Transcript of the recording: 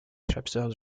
chapters